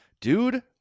dude